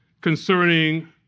concerning